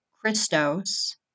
Christos